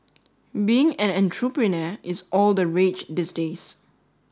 being an entrepreneur is all the rage these days